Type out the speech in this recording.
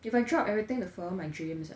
if I drop everything to follow my dreams ah